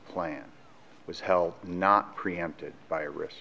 plan was held not preempted by risk